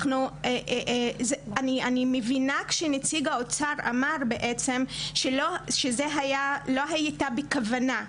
אני מבינה שנציג האוצר אמר בעצם שלא הייתה כוונה.